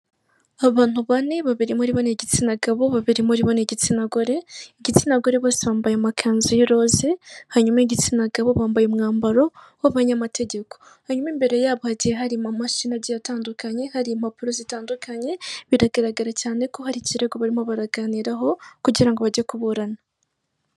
Abantu bane, babiri muri bo ni igitsina gabo, babiri muri bo ni igitsina gore, igitsina gore bose bambaye amakanzu y'iroze, hanyuma igitsina gabo bambaye umwambaro w'abanyamategeko. Hanyuma imbere yabo hagiye hari amamashini agiye atandukanye, hari impapuro zitandukanye, biragaragara cyane ko hari ikirego barimo baraganiraho kugira ngo bajye kuburana.